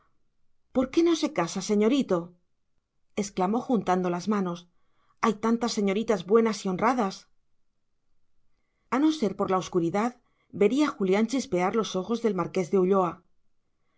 por qué no se casa señorito exclamó juntando las manos hay tantas señoritas buenas y honradas a no ser por la oscuridad vería julián chispear los ojos del marqués de ulloa